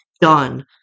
done